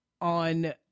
on